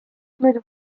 müüdud